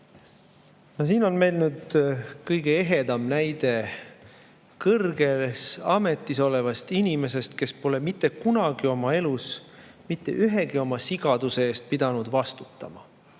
siin on meil nüüd kõige ehedam näide kõrges ametis olevast inimesest, kes pole mitte kunagi oma elus mitte ühegi oma sigaduse eest pidanud vastutama.